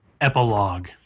Epilogue